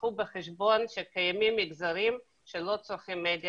ייקחו בחשבון שקיימים מגזרים שלא צורכים מדיה